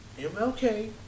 MLK